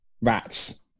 Rats